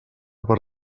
per